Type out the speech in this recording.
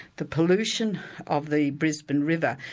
the pollution of the brisbane river,